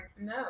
no